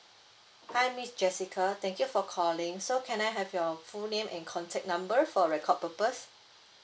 hi miss jessica thank you for calling so can I have your full name and contact number for record purpose